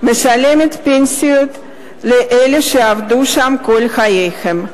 משלמת פנסיות לאלה שעבדו שם כל חייהם,